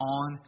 on